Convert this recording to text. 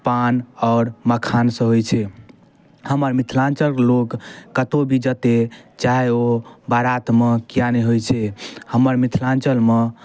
पान आओर मखानसँ होइ छै हमर मिथिलाञ्चलके लोक कतहु भी जतऽ चाहे ओ बारातमे किएक नहि होइ छै हमर मिथिलाञ्चलमे धोती